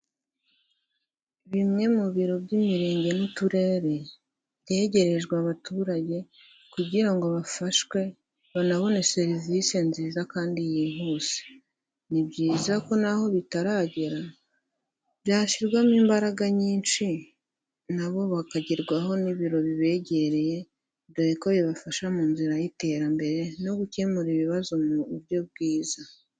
Bimwe mu biro by'imirenge n'uturere, byegerejwe abaturage kugira ngo bafashwe, banabone serivisi nziza kandi yihuse. Ni byiza ko n'aho bitaragera, byashyirwamo imbaraga nyinshi na bo bakagerwaho n'ibiro bibegereye, dore ko bibafasha mu nzira y'iterambere no gukemura ibibazo mu buryo bwiza.